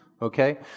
Okay